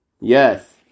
Yes